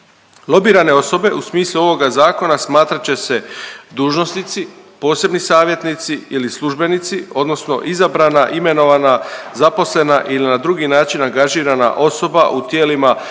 Lobirane osobe u smislu ovoga zakona smatrat će se dužnosnici, posebni savjetnici ili službenici odnosno izabrana, imenovana, zaposlena ili na drugi način angažirana osoba u tijelima zakonodavne